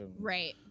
Right